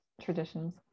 traditions